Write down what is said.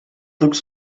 looks